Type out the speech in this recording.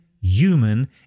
human